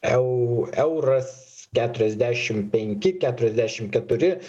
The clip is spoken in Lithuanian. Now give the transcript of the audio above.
eu euras keturiasdešim penki keturiasdešim keturi